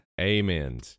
Amen